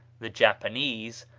the japanese,